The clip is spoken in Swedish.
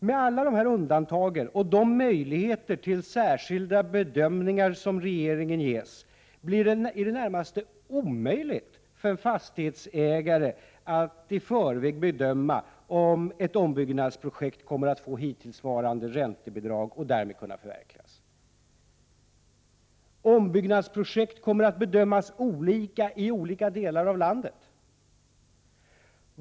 Med alla dessa undantag och de möjligheter till särskilda bedömningar som regeringen ges, blir det i det närmaste omöjligt för en fastighetsägare att i förväg bedöma om ett ombyggnadsprojekt kommer att få hittillsvarande räntebidrag och därmed kunna förverkligas. Ombyggnadsprojekt kommer att bedömas olika i olika delar av landet.